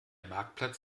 marktplatz